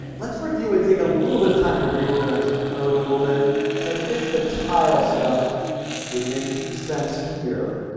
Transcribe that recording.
and let's review and take a little bit of time to reorganize our code a little bit because i think the tile stuff would make sense here.